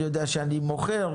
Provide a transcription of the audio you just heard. אני יודע שאני מוכר,